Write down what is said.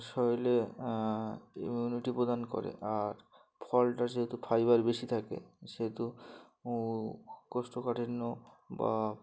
শরীরে ইমিউনিটি প্রদান করে আর ফলটার যেহেতু ফাইবার বেশি থাকে সেহেতু কোষ্ঠকাঠিন্য বা